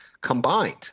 combined